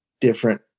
different